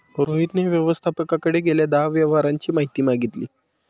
रोहितने व्यवस्थापकाकडे गेल्या दहा व्यवहारांची माहिती मागितली